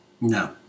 No